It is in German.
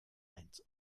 eins